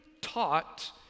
taught